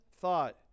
thought